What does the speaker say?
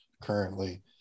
currently